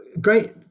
great